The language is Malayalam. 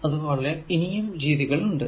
അതുപോലെ ഇനിയും രീതികൾ ഉണ്ട്